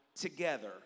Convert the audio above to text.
together